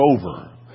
over